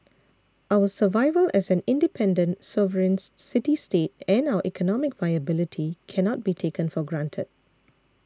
our survival as an independent sovereigns city state and our economic viability cannot be taken for granted